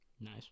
Nice